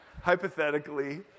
hypothetically